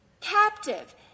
captive